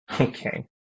Okay